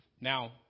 Now